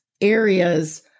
areas